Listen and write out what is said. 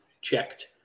checked